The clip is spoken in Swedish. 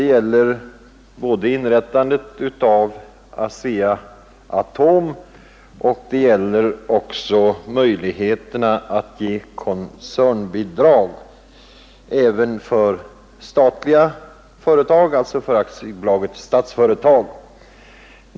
Det gäller både inrättandet av Asea-Atom och möjligheterna för statliga företag — alltså även för Statsföretag AB — att ge koncernbidrag.